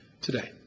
today